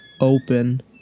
open